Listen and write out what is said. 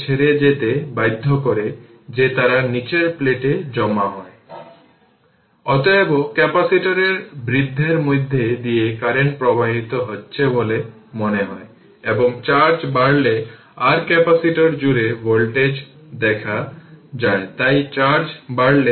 সুতরাং vt microcoulomb 10 কে power 6 এ কোন বিভ্রান্তি থাকা উচিত নয় এবং এই vt মাইক্রোকুলম্বকে কনভার্ট করুন